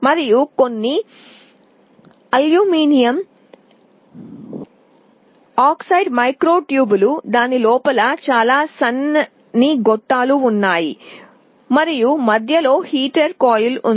మరియు కొన్ని aluminium oxide micro ట్యూబ్లు దాని లోపల చాలా సన్నని గొట్టాలు ఉన్నాయి మరియు మధ్యలో హీటర్ కాయిల్ ఉంది